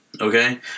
Okay